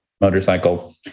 motorcycle